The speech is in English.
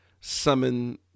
summon